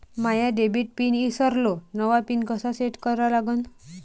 माया debit pin ईसरलो, नवा pin कसा सेट करा लागन?